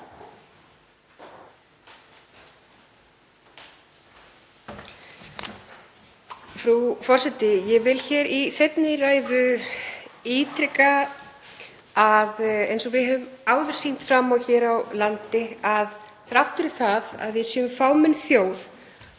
Frú forseti. Ég vil hér í seinni ræðu ítreka það, eins og við höfum áður sýnt fram á hér á landi, að þrátt fyrir að við séum fámenn þjóð